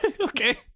Okay